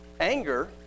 Anger